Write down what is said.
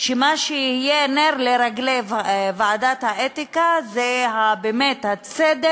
שמה שיהיה נר לרגלי ועדת האתיקה זה הצדק